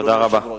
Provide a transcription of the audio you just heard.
אדוני היושב-ראש.